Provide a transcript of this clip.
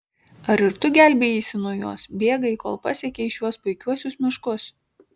ar ir tu gelbėjaisi nuo jos bėgai kol pasiekei šiuos puikiuosius miškus